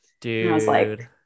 Dude